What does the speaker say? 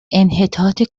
انحطاط